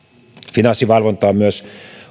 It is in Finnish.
on myös